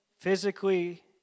physically